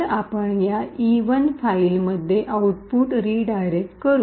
तर आपण या e1 फाईलमध्ये आऊटपुट रीडायरेक्ट करू